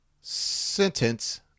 sentence